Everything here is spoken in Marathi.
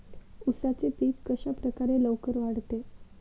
उसाचे पीक कशाप्रकारे लवकर वाढते?